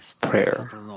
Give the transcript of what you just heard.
prayer